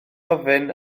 ofyn